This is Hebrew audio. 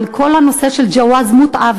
על כל הנושא של ג'וואז מֻתְעה,